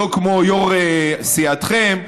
שלא כמו יו"ר סיעתכם,